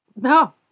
No